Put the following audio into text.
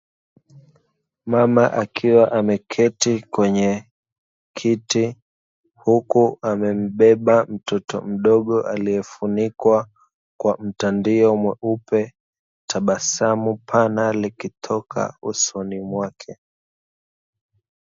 Mama akiwa ameketi kwenye kiti huku amembeba mtoto mdogo aliyefunikwa kwa mtandio mweupe tabasamu pana likitoka usoni mwake.